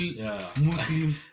Muslim